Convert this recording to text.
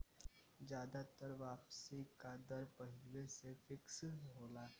जादातर वापसी का दर पहिलवें से फिक्स होला